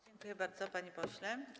Dziękuję bardzo, panie pośle.